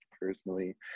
personally